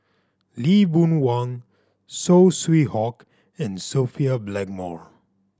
Lee Boon Wang Saw Swee Hock and Sophia Blackmore